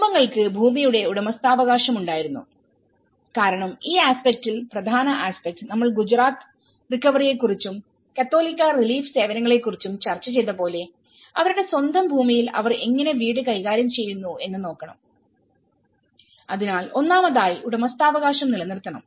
കുടുംബങ്ങൾക്ക് ഭൂമിയുടെ ഉടമസ്ഥാവകാശം ഉണ്ടായിരുന്നു കാരണം ഈ ആസ്പെക്റ്റിൽ പ്രധാന ആസ്പെക്ട്നമ്മൾ ഗുജറാത്ത് റിക്കവറി യേ കുറിച്ചും കത്തോലിക്കാ റിലീഫ് സേവനങ്ങളെക്കുറിച്ചും ചർച്ച ചെയ്ത പോലെ അവരുടെ സ്വന്തം ഭൂമിയിൽ അവർ എങ്ങനെ വീട് കൈകാര്യം ചെയ്യുന്നു എന്ന് നോക്കണം അതിനാൽ ഒന്നാമതായി ഉടമസ്ഥാവകാശം നിലനിർത്തണം